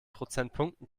prozentpunkten